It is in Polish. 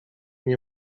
nie